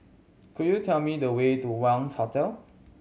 could you tell me the way to Wangz Hotel